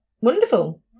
wonderful